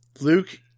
Luke